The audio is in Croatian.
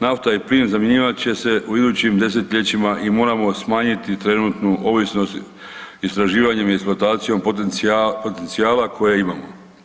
Nafta i plin zamjenjivat će se u idućim desetljećima i moramo smanjiti trenutnu ovisnost istraživanjem i eksploatacijom potencijala koja imamo.